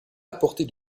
apporter